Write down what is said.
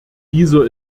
dieser